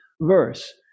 verse